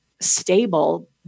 stable